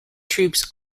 troops